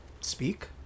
Speak